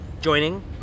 joining